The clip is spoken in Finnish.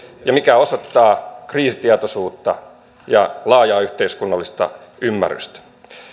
mikä osoittaa kriisitietoisuutta ja laajaa yhteiskunnallista ymmärrystä